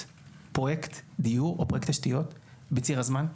פרויקט דיור או פרויקט תשתיות בציר הזמן,